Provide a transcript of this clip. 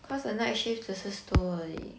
cause the night shift 只是 stow 而已